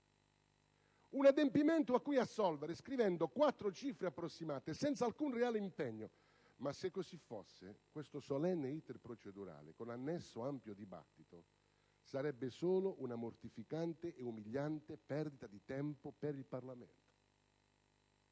un adempimento a cui assolvere scrivendo quattro cifre approssimative, senza alcun reale impegno. Ma se così fosse, questo solenne *iter* procedurale, con annesso ampio dibattito, sarebbe solo una mortificante e umiliante perdita di tempo per il Parlamento!